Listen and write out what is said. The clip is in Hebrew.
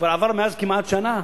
כבר עברה מאז כמעט שנה,